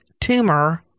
tumor